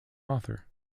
author